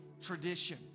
tradition